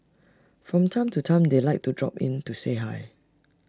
from time to time they like to drop in to say hi